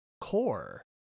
core